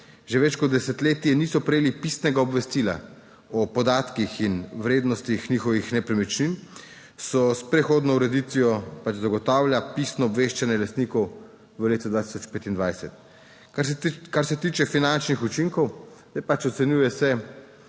že več kot desetletje niso prejeli pisnega obvestila o podatkih in vrednostih njihovih nepremičnin, se s prehodno ureditvijo pač zagotavlja pisno obveščanje lastnikov v letu 2025. Kar se tiče finančnih učinkov je pač, ocenjuje, se